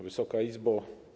Wysoka Izbo!